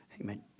Amen